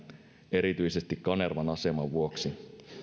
erityisesti kanervan aseman vuoksi